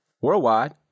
worldwide